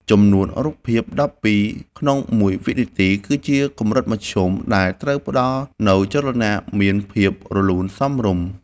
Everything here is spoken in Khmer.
ចំនួនរូបភាពដប់ពីរក្នុងមួយវិនាទីគឺជាកម្រិតមធ្យមដែលផ្តល់នូវចលនាមានភាពរលូនសមរម្យ។